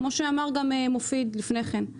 כמו שאמרו גם מופיד ואופיר לפני כן.